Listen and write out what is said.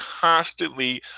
constantly